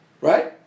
right